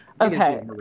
Okay